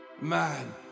Man